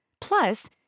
Plus